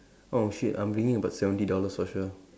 oh shit I'm bringing about seventy dollars for sure